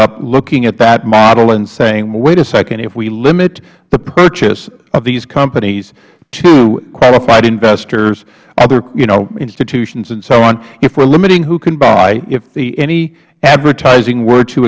up looking at that model and saying wait a second if we limit the purchase of these companies to qualified investors other you know institutions and so on if we are limiting who can buy if any advertising were to